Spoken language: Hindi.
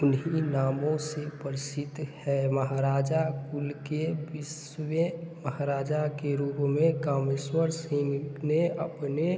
उन्हीं के नामों से प्रसिद्ध है महाराजा कुल के बीसवें महाराजा के रूप में कामेश्वर सिंह ने अपने